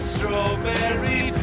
Strawberry